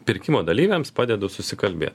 pirkimo dalyviams padedu susikalbėti